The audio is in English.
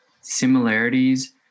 similarities